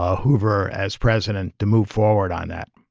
ah hoover as president to move forward on that